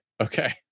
Okay